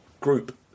group